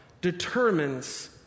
determines